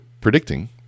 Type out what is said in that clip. predicting